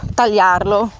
tagliarlo